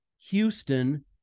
Houston